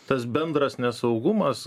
tas bendras nesaugumas